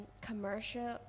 commercial